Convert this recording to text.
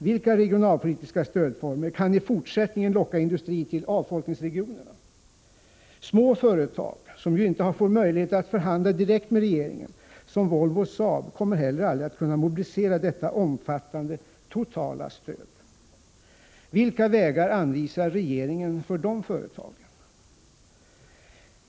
Vilka regionalpolitiska stödformer kan i fortsättningen locka industri till avfolkningsregionerna? Små företag, som ju inte får möjlighet att som Volvo och Saab förhandla direkt med regeringen, kommer heller aldrig att mobilisera detta omfattande totala stöd. Vilka vägar anvisar regeringen för dessa företag?